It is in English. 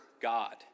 God